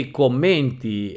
commenti